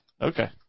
Okay